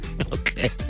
Okay